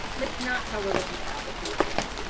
and it's not how we're looking at applications.